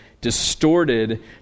distorted